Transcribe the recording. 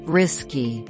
risky